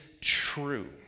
True